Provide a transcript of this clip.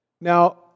Now